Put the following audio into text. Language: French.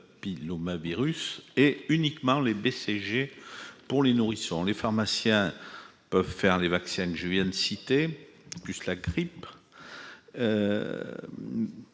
papillomavirus et uniquement les BCG pour les nourrissons, les pharmaciens peuvent faire les vaccins que je viens de citer plus la grippe